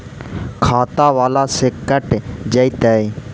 खाता बाला से कट जयतैय?